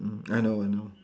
mm I know I know